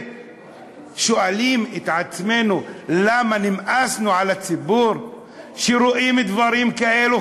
שואלים את עצמנו למה נמאסנו על הציבור שרואים דברים כאלה,